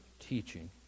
teaching